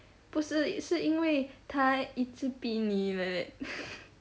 不是是因为她一直逼你 like that